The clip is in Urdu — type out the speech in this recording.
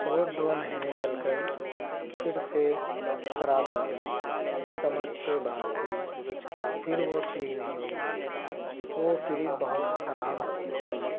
وہ دو مہینے چل کر پھر سے خراب ہو گئی سمجھ سے باہر تھی پھر وہ ٹھیک نہیں ہوئی وہ فریز بہت خراب تھی